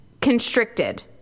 constricted